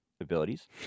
abilities